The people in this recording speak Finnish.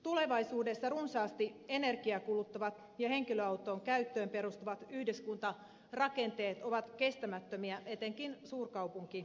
tulevaisuudessa runsaasti energiaa kuluttavat ja henkilöauton käyttöön perustuvat yhdyskuntarakenteet ovat kestämättömiä etenkin suurkaupunkialueilla